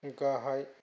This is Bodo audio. गाहाय